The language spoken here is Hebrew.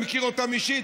אני מכיר אותם אישית,